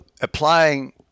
applying